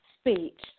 speech